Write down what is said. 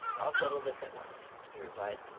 i'll settle this at once, he replied.